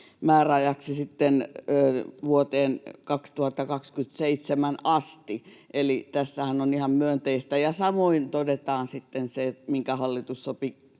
määräajaksi sitten vuoteen 2027 asti, eli tässähän on ihan myönteistä. Ja samoin todetaan sitten se, minkä hallitus sopi